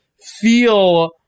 feel